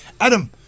Adam